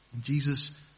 Jesus